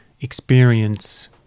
experience